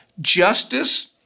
Justice